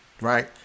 right